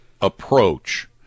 approach